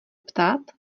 ptát